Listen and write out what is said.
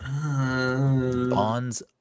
Bonds